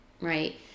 right